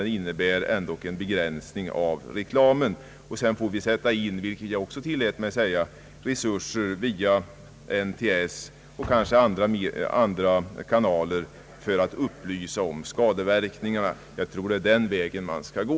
Den innebär ändå en begränsning av reklamen. Sedan får vi, som jag också sade, sätta in resurser via NTS och kanske andra kanaler för att upplysa om ska deverkningarna. Jag tror att det är den vägen man skall gå.